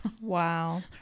Wow